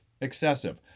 excessive